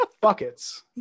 buckets